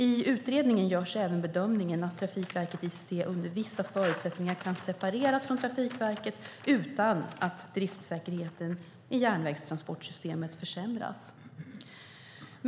I utredningen görs även bedömningen att Trafikverket ICT under vissa förutsättningar kan separeras från Trafikverket utan att driftsäkerheten i järnvägstransportsystemet försämras.